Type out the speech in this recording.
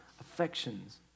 affections